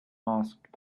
asked